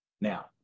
Now